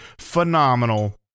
phenomenal